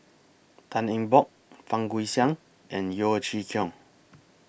Tan Eng Bock Fang Guixiang and Yeo Chee Kiong